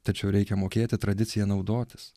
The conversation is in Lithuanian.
tačiau reikia mokėti tradicija naudotis